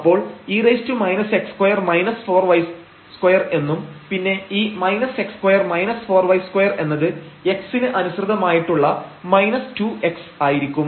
അപ്പോൾ e എന്നും പിന്നെ ഈ x2 4y2 എന്നത് x ന് അനുസൃതമായിട്ടുള്ള 2x ആയിരിക്കും